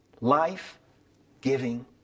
Life-giving